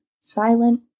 silent